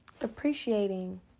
appreciating